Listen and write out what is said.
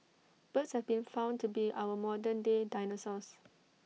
birds have been found to be our modern day dinosaurs